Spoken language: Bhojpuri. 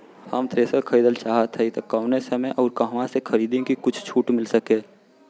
हम थ्रेसर खरीदल चाहत हइं त कवने समय अउर कहवा से खरीदी की कुछ छूट मिल सके?